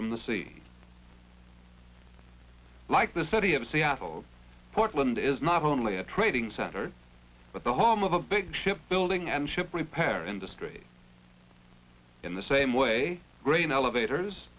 from the sea like the sir the of seattle portland is not only a trading center but the home of a big ship building and ship repair industry in the same way grain elevators